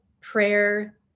prayer